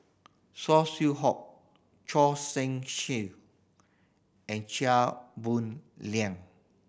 Saw Swee Hock Choor Singh and Chia Boon Leong